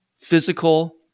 physical